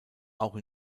auch